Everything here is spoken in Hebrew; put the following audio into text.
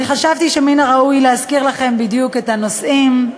אני חשבתי שמן הראוי להזכיר לכם בדיוק את הנושאים.